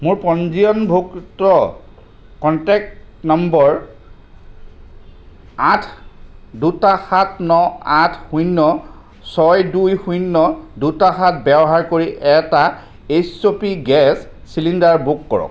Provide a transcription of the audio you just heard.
মোৰ পঞ্জীয়নভুক্ত contact number আঠ দুটা সাত ন আঠ শূন্য ছয় দুই শূন্য দুটা সাত ব্যৱহাৰ কৰি এটা এইচ অ পি গেছ চিলিণ্ডাৰ বুক কৰক